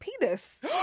penis